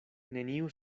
neniu